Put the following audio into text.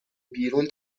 بیرون